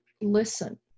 listen